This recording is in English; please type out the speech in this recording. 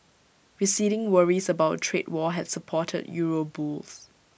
receding worries about A trade war had supported euro bulls